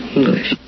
English